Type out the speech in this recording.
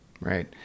right